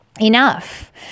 enough